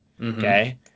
Okay